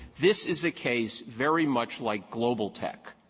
this is a case very much like global tech,